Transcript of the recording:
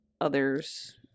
others